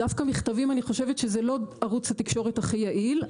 דווקא מכתבים אני חושבת שזה לא ערוץ התקשורת הכי יעיל.